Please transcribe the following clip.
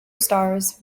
stars